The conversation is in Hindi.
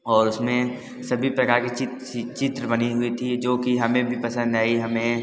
और उसमें सभी प्रकार की चित्र बनी हुई थी जो कि हमें भी पसंद आई हमें